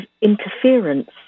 interference